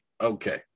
Okay